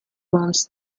rooms